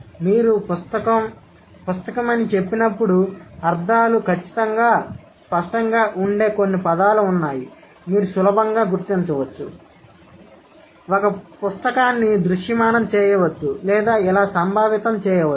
మీరు పుస్తకం పుస్తకం అని చెప్పినప్పుడు అర్థాలు ఖచ్చితంగా స్పష్టంగా ఉండే కొన్ని పదాలు ఉన్నాయి మీరు సులభంగా గుర్తించవచ్చు ఒక పుస్తకాన్ని దృశ్యమానం చేయవచ్చు లేదా ఇలా సంభావితం చేయవచ్చు